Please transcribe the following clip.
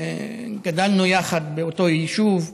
גדלנו יחד באותו יישוב.